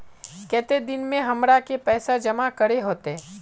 केते दिन में हमरा के पैसा जमा करे होते?